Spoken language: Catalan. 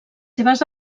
seves